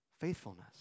Faithfulness